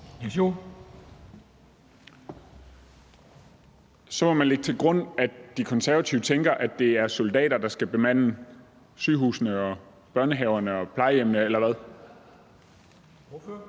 Så må man lægge til grund, at De Konservative tænker, at det er soldater, der skal bemande sygehusene og børnehaverne og plejehjemmene,